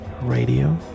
Radio